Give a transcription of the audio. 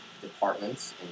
departments